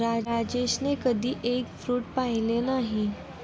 राजेशने कधी egg fruit पाहिलं नाही